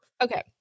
Okay